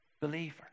believer